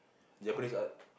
Japanese art